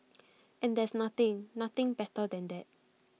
and there's nothing nothing better than that